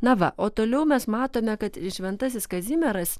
na va o toliau mes matome kad šventasis kazimieras